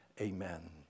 Amen